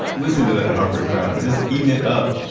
listen to that harvard crowd. they're just eating it up!